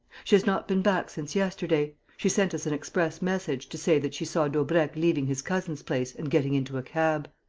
she has not been back since yesterday she sent us an express message to say that she saw daubrecq leaving his cousins' place and getting into a cab.